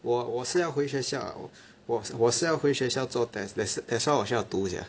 我我是要回学校我我是要回学校做 test that's that's why 我需要读 sia